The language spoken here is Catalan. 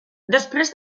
després